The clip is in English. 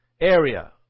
area